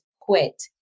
quit